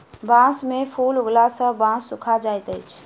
बांस में फूल उगला सॅ बांस सूखा जाइत अछि